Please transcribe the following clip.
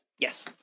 Yes